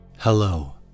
Hello